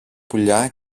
πουλιά